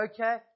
Okay